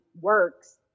works